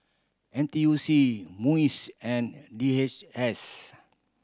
N T U C MUIS and D H S